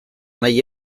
nahi